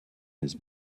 his